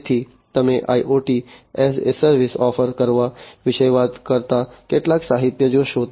તેથી તમે IoT as a service offer કરવા વિશે વાત કરતા કેટલાક સાહિત્ય જોશો